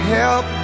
help